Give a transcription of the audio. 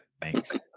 Thanks